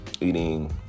eating